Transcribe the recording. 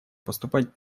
поступать